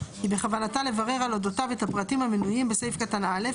כי בכוונתה לברר על אודותיו את הפרטים המנויים בסעיף קטן (א),